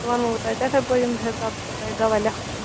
سُہ وَنو بہٕ تۄہہِ تِتھے پٲٹھۍ ییٚمہِ حِساب بہٕ تۄہہِ دَوا لیکھوٕ